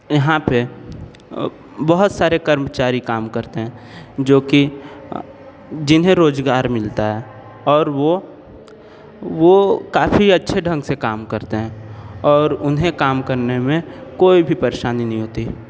यहाँ पर बहुत सारे कर्मचारी काम करते हैं जो कि जिन्हे रोज़गार मिलता है और वह वह काफ़ी अच्छे ढंग से काम करते हैं और उन्हें काम करने में कोई भी परेशानी नहीं होती